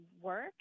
work